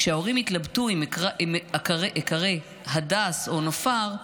כשההורים התלבטו אם איקרא הדס או נופר,